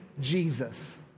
Jesus